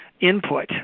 input